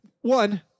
One